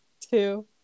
two